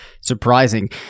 surprising